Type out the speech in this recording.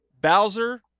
Bowser